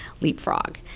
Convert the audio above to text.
leapfrog